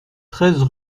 treize